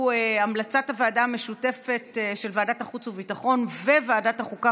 המלצת הוועדה המשותפת של ועדת החוץ וביטחון וועדת החוקה,